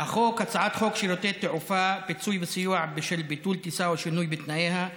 הצעת חוק שירותי תעופה (פיצוי וסיוע בשל ביטול טיסה או שינוי בתנאיה),